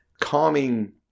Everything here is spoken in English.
calming